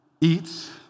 eats